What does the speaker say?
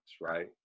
right